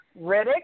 Riddick